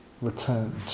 returned